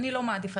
אני מסכימה